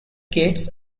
gates